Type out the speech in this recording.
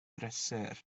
brysur